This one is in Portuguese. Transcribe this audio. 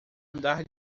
andar